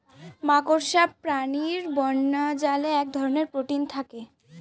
মাকড়সা প্রাণীর বোনাজালে এক ধরনের প্রোটিন থাকে